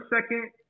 second